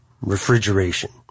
refrigeration